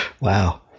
Wow